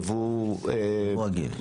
ייבוא רגיל.